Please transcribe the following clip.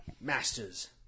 Masters